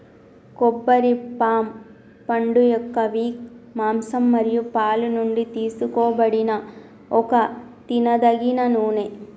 కొబ్బరి పామ్ పండుయొక్క విక్, మాంసం మరియు పాలు నుండి తీసుకోబడిన ఒక తినదగిన నూనె